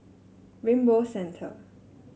Rainbow Centre